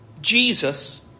Jesus